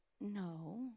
No